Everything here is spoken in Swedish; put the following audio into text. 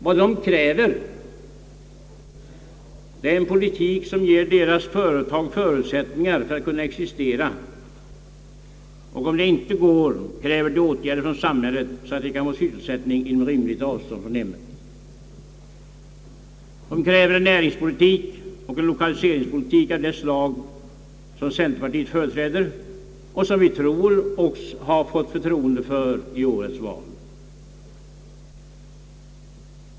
Vad de kräver det är en politik, som ger deras företag förutsättningar för att kunna existera, och om det inte går kräver de åtgärder från samhället så att de kan få sysselsättning inom ett rimligt avstånd från hemmet. De kräver en näringspolitik och en lokaliseringspolitik av det slag, som centerpartiet företräder och som vi tror oss ha fått förtroende för i årets val.